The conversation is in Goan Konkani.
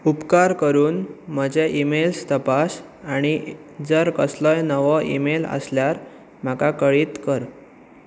उपकार करून म्हजे ईमेल्स तपास आनी जर कसलोय नवो ईमेल आसल्यार म्हाका कळीत कर